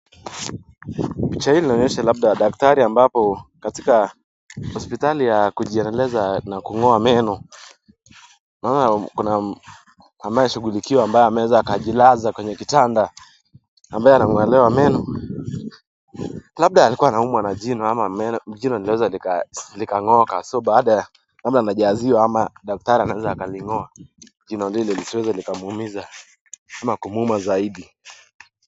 Picha hii naonyesha labda daktari ambapo katika hospitali ya kujiendeleza na kung'oa meno. Unaona kuna ambaye shughulikiwa ambaye ameweza akajilaza kwenye kitanda ambaye anang'olewa meno. Labda alikuwa anaumwa na jino ama jino lile liliweza likang'oka. So baada ya labda anajaziwa ama daktari anaweza akaling'oa jino lile lisiweze likamuumiza ama kumuuma zaidi.